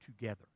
together